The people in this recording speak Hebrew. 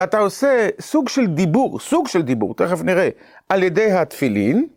אתה עושה סוג של דיבור, סוג של דיבור, תכף נראה, על ידי התפילין.